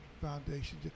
foundation